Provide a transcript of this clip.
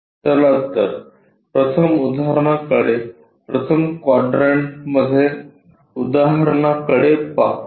चला प्रथम उदाहरणाकडे प्रथम क्वाड्रंटमध्ये उदाहरणाकडे पाहू